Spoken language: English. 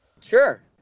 Sure